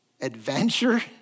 adventure